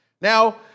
Now